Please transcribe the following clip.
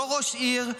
לא ראש עיר,